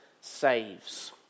saves